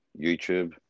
YouTube